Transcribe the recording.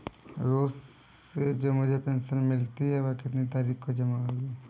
रोज़ से जो मुझे पेंशन मिलती है वह कितनी तारीख को जमा होगी?